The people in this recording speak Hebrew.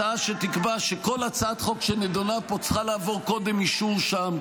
הצעה שתקבע שכל הצעת חוק שנדונה פה צריכה לעבור קודם אישור שם,